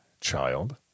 child